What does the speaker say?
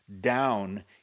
down